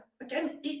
again